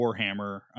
Warhammer